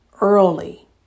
early